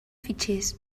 fitxers